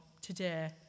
today